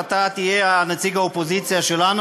אתה תהיה נציג האופוזיציה שלנו,